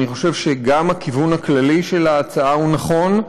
אני חושב שגם הכיוון הכללי של ההצעה הוא נכון,